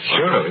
sure